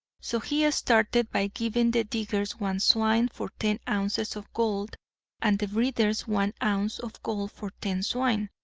so he started by giving the diggers one swine for ten ounces of gold and the breeders one ounce of gold for ten swine.